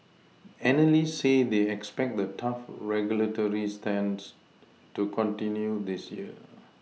analysts say they expect the tough regulatory stance to continue this year